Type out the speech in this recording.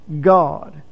God